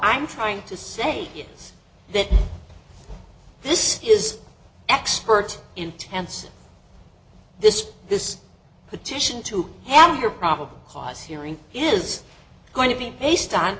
i'm trying to say that this is expert intensive this this petition to have your probable cause hearing is going to be based on